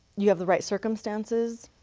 you have the right circumstances.